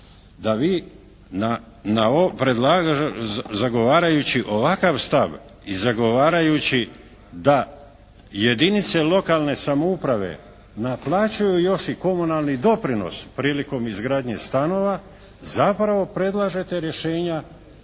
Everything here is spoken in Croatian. javnosti da vi zagovarajući ovakav stav i zagovarajući da jedinice lokalne samouprave naplaćuju još i komunalni doprinos prilikom izgradnje stanova, zapravo predlažete rješenja